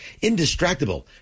Indistractable